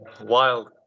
Wild